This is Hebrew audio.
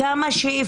עד כמה שאפשר,